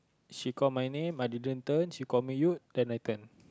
she call my name I didn't turn she call me Yewd then I turn